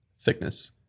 thickness